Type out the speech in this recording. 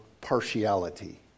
partiality